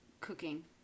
cooking